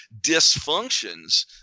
dysfunctions